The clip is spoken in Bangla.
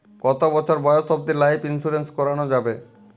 কতো বছর বয়স অব্দি লাইফ ইন্সুরেন্স করানো যাবে?